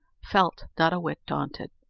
felt not a whit daunted.